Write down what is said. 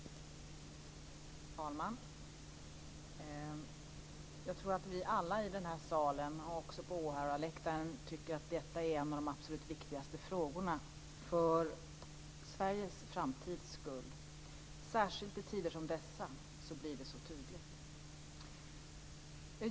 Fru talman! Jag tror att vi alla i den här salen och även på åhörarläktaren tycker att detta är en av de absolut viktigaste frågorna för Sveriges framtids skull. Särskilt i tider som dessa blir det tydligt.